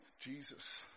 Jesus